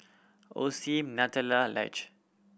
Osim Nutella Laneige